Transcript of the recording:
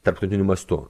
tarptautiniu mastu